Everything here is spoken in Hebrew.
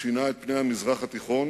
שינה את פני המזרח התיכון